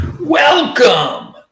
Welcome